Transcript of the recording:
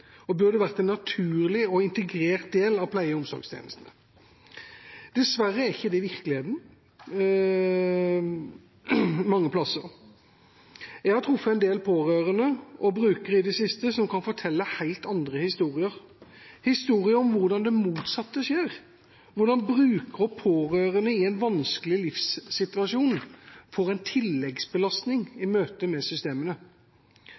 og burde vært en naturlig og integrert del av pleie- og omsorgstjenestene. Dessverre er ikke det virkeligheten mange steder. Jeg har truffet en del pårørende og brukere i det siste som kan fortelle helt andre historier, historier om hvordan det motsatte skjer, hvordan brukere og pårørende i en vanskelig livssituasjon får en tilleggsbelastning i møtet med systemene.